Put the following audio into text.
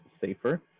safer